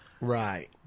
right